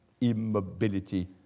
immobility